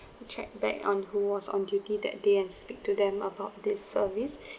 track back on who was on duty that day and speak to them about this service